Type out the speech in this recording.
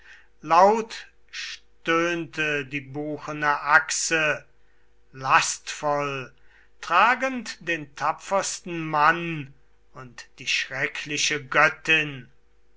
laut stöhnte die buchene achse lastvoll tragend den tapfersten mann und die schreckliche göttin